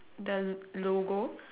the logo